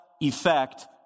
effect